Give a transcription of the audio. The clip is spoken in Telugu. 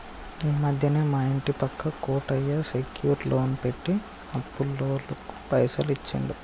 ఈ మధ్యనే మా ఇంటి పక్క కోటయ్య సెక్యూర్ లోన్ పెట్టి అప్పులోళ్లకు పైసలు ఇచ్చిండు